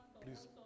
Please